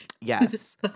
Yes